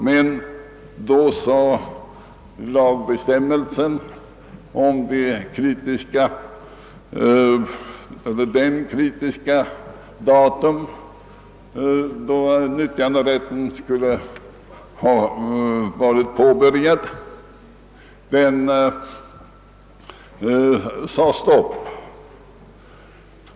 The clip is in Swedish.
Men bestämmelsen i lagen om det datum då nyttjandet skulle ha påbörjats lade ofta hinder i vägen härför.